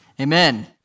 amen